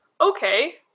Okay